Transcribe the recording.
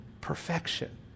perfection